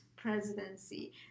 presidency